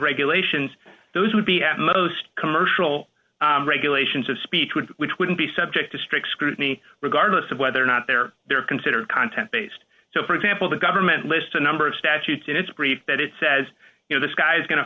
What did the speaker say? regulations those would be most commercial regulations of speech would which wouldn't be subject to strict scrutiny regardless of whether or not they're they're considered content based so for example the government list a number of statutes in its brief that it says you know this guy's go